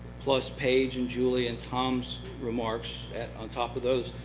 plus paige and julie and tom's remarks on top of those,